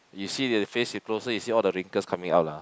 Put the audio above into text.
you see the face you closes is all the wrinkles coming out lah